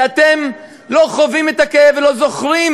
שאתם לא חווים את הכאב ולא זוכרים